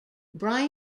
brian